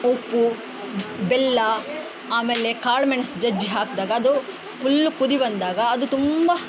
ಉಪ್ಪು ಬೆಲ್ಲ ಆಮೇಲೆ ಕಾಳ್ಮೆಣ್ಸು ಜಜ್ಜಿ ಹಾಕಿದಾಗ ಅದು ಫುಲ್ ಕುದಿ ಬಂದಾಗ ಅದು ತುಂಬ